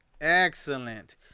Excellent